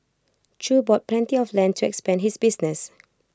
chew bought plenty of land trance Band his business